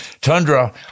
Tundra